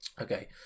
Okay